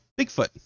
Bigfoot